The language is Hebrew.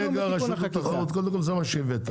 רגע רשות התחרות, קודם כל זה מה שהבאת.